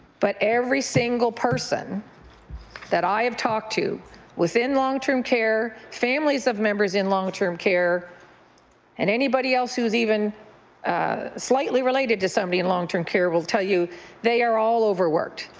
but every single person that i have talked to within long-term care, families of members in long-term care and anybody else who is even slightly related to somebody in long-term care will tell you they are all overworked.